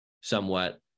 somewhat